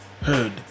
heard